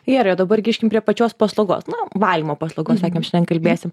gerai o dabar grįžkim prie pačios paslaugos na valymo paslaugos sakėm šiandien kalbėsim